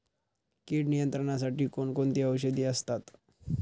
कीड नियंत्रणासाठी कोण कोणती औषधे असतात?